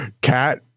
cat